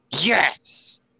Yes